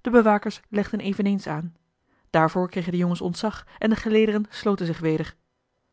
de bewakers legden eveneens aan daarvoor kregen de jongens ontzag en de gelederen sloten zich